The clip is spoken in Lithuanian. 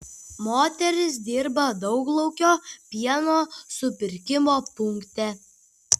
moteris dirba dauglaukio pieno supirkimo punkte